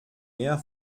mehr